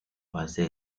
base